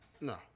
No